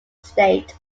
state